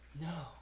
no